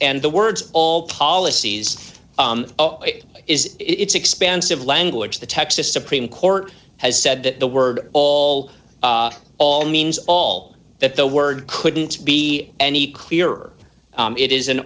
and the words all policies it is its expansive language the texas supreme court has said that the word all all means all that the word couldn't be any clearer it is an